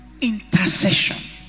intercession